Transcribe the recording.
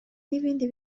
n’ibindi